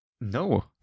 No